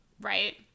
Right